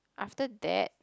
after that